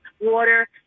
water